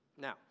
Now